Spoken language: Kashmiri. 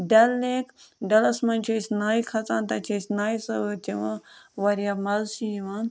ڈَل لیک ڈَلَس منٛز چھِ أسۍ نایہِ کھسان تَتہِ چھِ أسۍ نایہِ سوٲرۍ چٮ۪وان واریاہ مَزٕ چھِ یِوان